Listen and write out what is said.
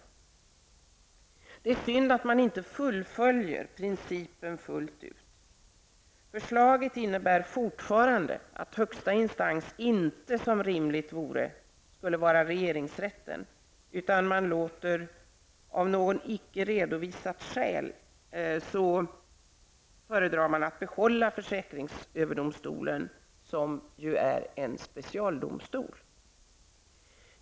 Det är synd att man inte fullföljer principen fullt ut. Förslaget innebär fortfarande att högsta instans inte -- som rimligt vore -- skall vara regeringsrätten, utan man föredrar av något icke redovisat skäl att behålla försäkringsöverdomstolen, som ju är en specialdomstol.